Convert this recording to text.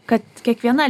kad kiekviena